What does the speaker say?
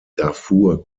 darfur